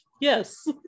Yes